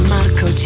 Marco